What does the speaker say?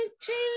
change